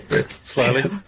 slowly